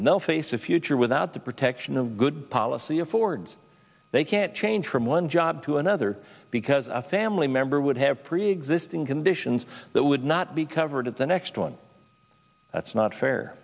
and they'll face a future without the protection of good policy affords they can't change from one job to another because a family member would have preexisting conditions that would not be covered at the next one that's not fair